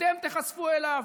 אתם תיחשפו אליו,